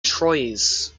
troyes